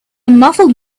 muffled